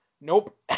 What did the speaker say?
nope